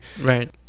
right